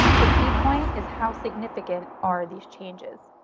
the key point is how significant are these changes.